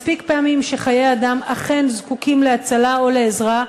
מספיק פעמים שחיי אדם אכן זקוקים להצלה או לעזרה.